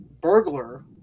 burglar